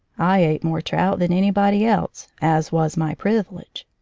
i ate more trout than any body else, as was my privilege.